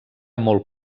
molt